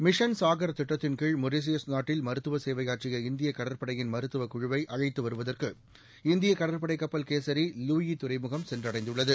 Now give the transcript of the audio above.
mission Sagar திட்டத்தின் கீழ் Mauritius நாட்டில் மருத்துவ சேவையாற்றிய இந்திய கடற்படையின் மருத்துவ குழுவை அழைத்து வருவதற்கு இந்திய கடற்படை கப்பல் கேசரி லூயி துறைமுகம் சென்றடைந்துள்ளது